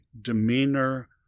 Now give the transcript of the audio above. demeanor